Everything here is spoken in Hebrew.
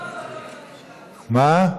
מה?